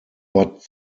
but